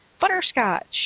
Butterscotch